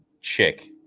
chick